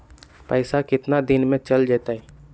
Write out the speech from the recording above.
पैसा कितना दिन में चल जतई?